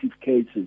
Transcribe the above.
cases